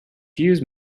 fuse